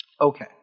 Okay